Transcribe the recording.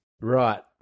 Right